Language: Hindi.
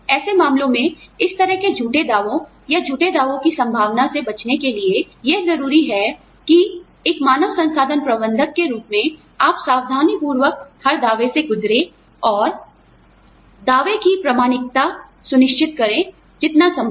ऐसे मामलों में इस तरह के झूठे दावों या झूठे दावों की संभावना से बचने के लिए यह जरूरी है कि एक मानव संसाधन प्रबंधक के रूप में आप सावधानीपूर्वक हर दावे से गुजरें और दावे की प्रामाणिकता सुनिश्चित करें जितना संभव हो